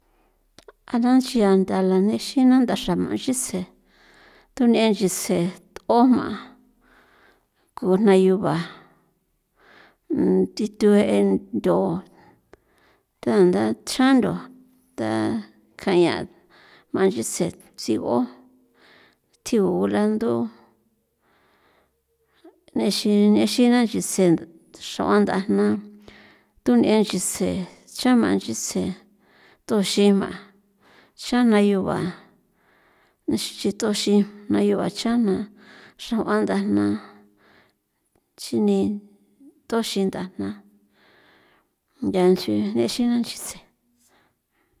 A na nchia ntha la nexin na ndaxra jma nchise tun'en nchise o jma ko jnayuba thi thꞌue ntho tandachjan ntho takjan ñaa jma nchitse sigo tjigu lando nixin nixin manchitsje xra'uan ndajna tun'en nchise chan jma nchise tuxima chan jnayua ixin xituxin jnayuba chjan na xra'uan ndajna chini toxin ndajna ya nchi nexin na nchitse.